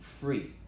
free